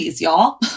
y'all